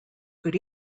good